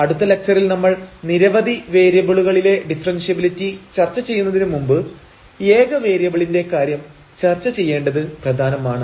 അടുത്ത ലക്ച്ചറിൽ നമ്മൾ നിരവധി വേരിയബിളുകളിലെ ഡിഫറെൻഷ്യബിലിറ്റി ചർച്ച ചെയ്യുന്നതിന് മുമ്പ് ഏക വേരിയബിളിന്റെ കാര്യം ചർച്ച ചെയ്യേണ്ടത് പ്രധാനമാണ്